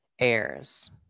heirs